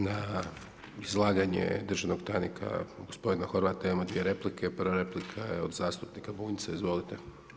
Na izlaganje državnog tajnika gospodina Horvata imamo dvije replike, prva replika je od zastupnika Bunjca, izvolite.